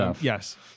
Yes